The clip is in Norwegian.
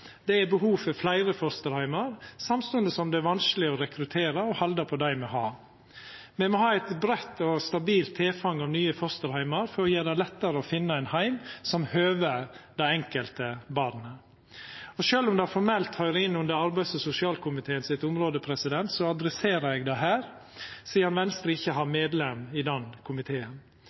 Det er behov for fleire fosterheimar, samstundes som det er vanskeleg å rekruttera og halda på dei me har. Me må ha eit breitt og stabilt tilfang av nye fosterheimar for å gjera det lettare å finna ein heim som høver det enkelte barnet. Sjølv om det formelt høyrer inn under Arbeids- og sosialkomiteen sitt område, adresserer eg det her, sidan Venstre ikkje har medlem i den komiteen.